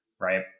right